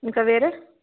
ఇంకా వేరే